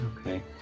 Okay